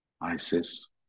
Isis